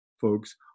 folks